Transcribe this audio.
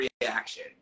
reaction